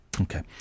Okay